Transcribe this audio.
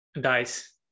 dice